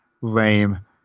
lame